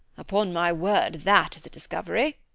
upon my word, that is a discovery,